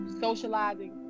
socializing